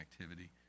activity